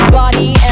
body